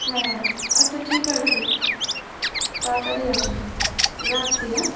হ্যাঁ হ্যাঁ আচ্ছা ঠিক আছে তাড়াতাড়ি আসুন রাখছি হ্যাঁ